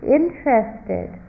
interested